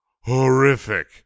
horrific